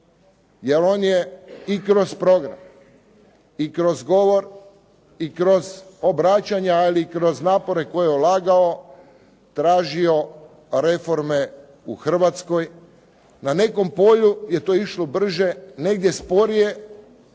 Jer on je i kroz program i kroz govori i kroz obraćanja, ali i kroz napore koje je ulagao tražio reforme u Hrvatskoj. Na nekom polju je to išlo brže, negdje sporije.